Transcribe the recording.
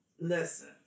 Listen